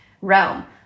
realm